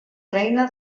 reina